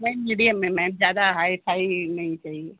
नहीं मीडियम में मैम ज्यादा हाई फाई नहीं चाहिए